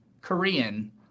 Korean